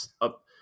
up